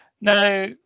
Now